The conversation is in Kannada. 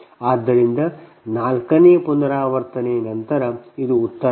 ಆದ್ದರಿಂದ ನಾಲ್ಕನೇ ಪುನರಾವರ್ತನೆಯ ನಂತರ ಇದು ಉತ್ತರವಾಗಿದೆ